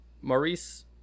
Maurice